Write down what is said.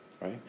right